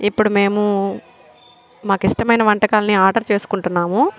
ఇప్పుడు మేము మాకు ఇష్టమైన వంటకాలని ఆర్డర్ చేసుకుంటున్నాము